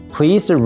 Please